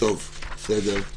בסדר.